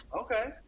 okay